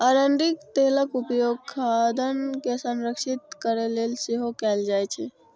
अरंडीक तेलक उपयोग खाद्यान्न के संरक्षित करै लेल सेहो कैल जाइ छै